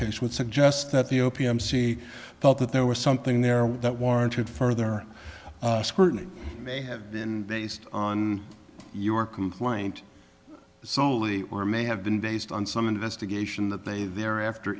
case would suggest that the o p m see felt that there was something there that warranted further scrutiny may have been based on your complaint solely or may have been based on some investigation that they thereafter